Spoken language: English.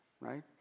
right